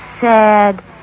sad